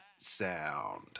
Sound